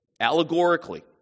Allegorically